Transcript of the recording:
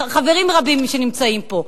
חברים רבים שנמצאים פה.